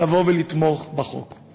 לבוא ולתמוך בחוק.